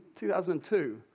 2002